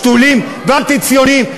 שתולים ואנטי-ציונים,